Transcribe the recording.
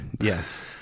Yes